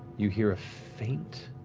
you hear a faint,